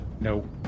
No